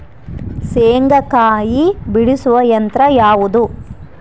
ಶೇಂಗಾಕಾಯಿ ಬಿಡಿಸುವ ಯಂತ್ರ ಯಾವುದು?